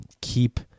Keep